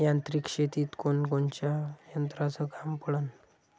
यांत्रिक शेतीत कोनकोनच्या यंत्राचं काम पडन?